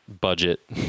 budget